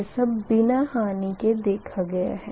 यह सब बिना हानि के देखा गया है